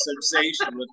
sensation